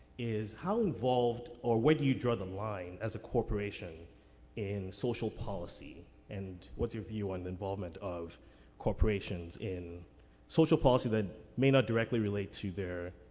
is how involved, or where do you draw the line as a corporation in social policy and what's your view on the involvement of corporations in social policy that may not directly relate to their